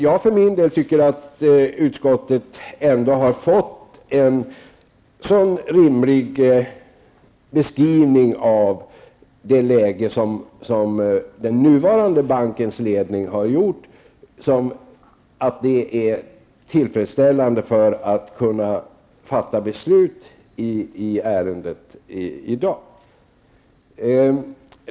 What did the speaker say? Jag tycker att utskottet ändå av den nuvarande bankledningen har fått en god beskrivning av den nuvarande situationen. Det underlaget är tillräckligt för att riksdagen skall kunna fatta ett beslut i ärendet i dag.